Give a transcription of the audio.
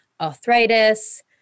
arthritis